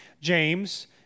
James